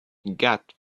god